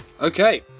okay